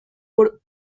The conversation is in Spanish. por